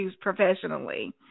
professionally